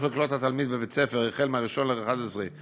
לקלוט את התלמיד בבית-ספר החל מ-1 בנובמבר 2016,